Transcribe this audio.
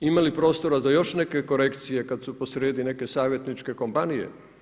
Ima li prostora za još neke korekcije kad su posrijedi neke savjetničke kompanije?